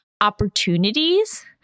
opportunities